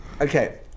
okay